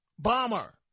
Bomber